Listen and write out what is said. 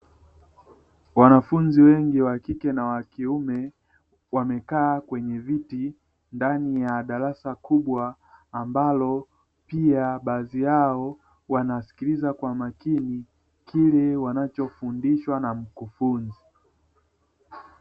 Wanafunzi wengi wa kike na wa kiume wamekaa kwenye viti ndani ya darasa kubwa, ambalo pia baadhi yao wanasikiliza kwa makini kile wanachofundishwa na mkufunzi.